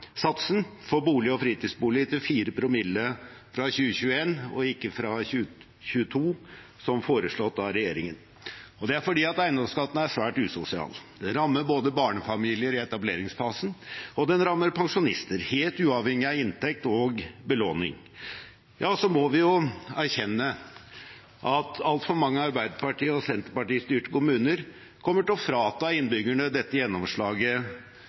for bolig og fritidsbolig til 4 promille fra 2021, og ikke fra 2022 som foreslått av regjeringen. Det er fordi eiendomsskatten er svært usosial. Den rammer både barnefamilier i etableringsfasen og pensjonister, helt uavhengig av inntekt og belåning. Så må vi erkjenne at altfor mange Arbeiderparti- og Senterparti-styrte kommuner kommer til å frata innbyggerne dette gjennomslaget